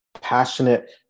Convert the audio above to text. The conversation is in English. passionate